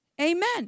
Amen